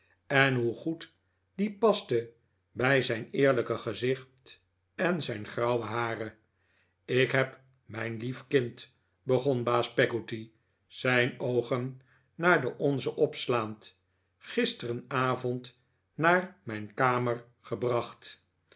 en hoe goed die paste bij zijn eerlijke gezicht en zijn grauwe haren ik heb mijn lief kind begon baas peggotty zijn oogen naar de onze opslaand gisteravond naar mijn kamer gebracht